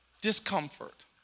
Discomfort